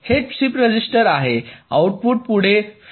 हे shift register आहे output पुढें फीड देत आहे